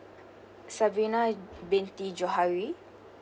sabrina binti johari